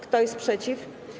Kto jest przeciw?